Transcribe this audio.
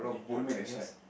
don't make that sound